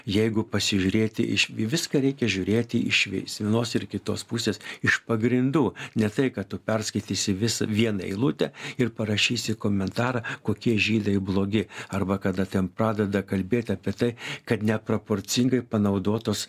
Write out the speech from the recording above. jeigu pasižiūrėti iš į viską reikia žiūrėti iš vis vienos ir kitos pusės iš pagrindų ne tai kad tu perskaitysi visą vieną eilutę ir parašysi komentarą kokie žydai blogi arba kada ten pradeda kalbėt apie tai kad neproporcingai panaudotos